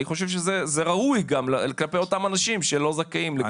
אני חושב שזה ראוי גם כלפי אותם אנשים שלא זכאים לקבל